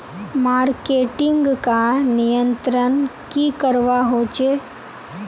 Marketing का नियंत्रण की करवा होचे?